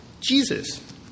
Jesus